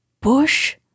bush